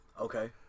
Okay